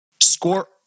score